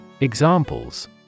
Examples